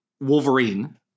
Wolverine